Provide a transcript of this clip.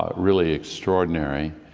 ah really extraordinary.